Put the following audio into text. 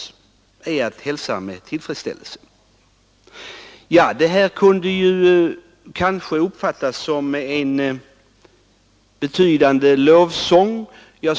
Vad jag nu sagt kanske kan uppfattas som en lovsång.